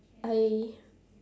I